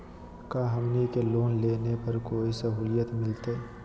का हमनी के लोन लेने पर कोई साहुलियत मिलतइ?